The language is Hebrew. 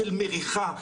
של מריחה,